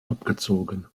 abgezogen